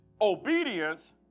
obedience